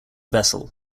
vessel